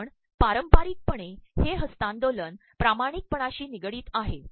कारण पारंपाररकपणे हे हस्त्तांदोलन िामाणणकपणाशी तनगडडत आहे